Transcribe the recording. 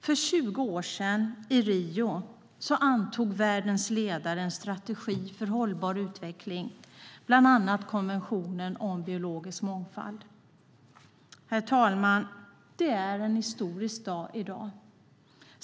För 20 år sedan i Rio antog världens ledare en strategi för hållbar utveckling, bland annat konventionen om biologisk mångfald. Herr talman! Det är en historisk dag i dag.